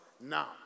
now